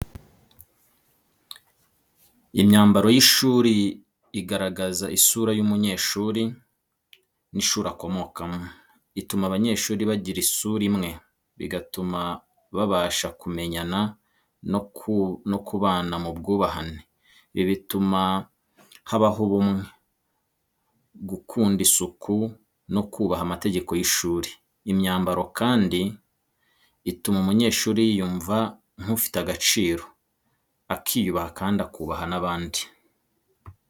Imyambaro y’ishuri igaragaza isura y’umunyeshuri n’ishuri akomokamo. Ituma abanyeshuri bagira isura imwe, bigatuma babasha kumenyana no kubana mu bwubahane. Ibi butuma habaho ubumwe, gukunda isuku no kubaha amategeko y’ishuri. Imyambaro kandi ituma umunyeshuri yiyumva afite agaciro, akiyubaha kandi akubaha n'abandi.